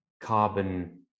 carbon